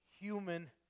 human